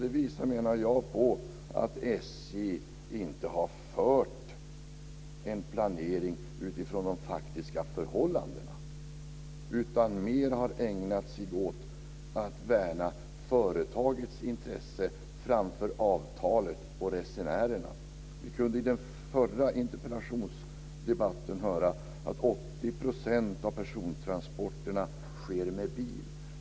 Det visar, menar jag, på att SJ inte har fört en planering utifrån de faktiska förhållandena utan har ägnat sig åt att värna företagets intresse framför avtalet och resenärerna. Vi kunde i den förra interpellationsdebatten höra att 80 % av persontransporterna sker med bil.